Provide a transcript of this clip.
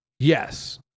Yes